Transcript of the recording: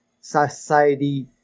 society